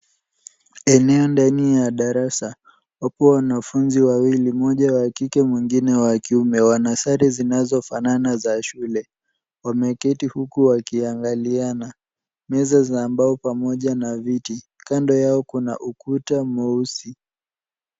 Eneo ndani ya darasa wako wanafunzi wawili moja ni wakike mwingine wakiume wana sare zinazo fanana za shule, wameketi huku wakiangaliana. Meza za mbao pamoja na viti kando yao kuna ukuta mweusi.